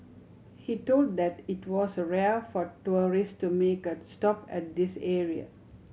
he told that it was rare for tourist to make a stop at this area